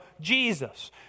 Jesus